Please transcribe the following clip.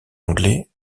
anglais